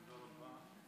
תודה רבה.